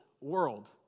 world